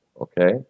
okay